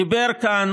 דיבר כאן